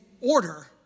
order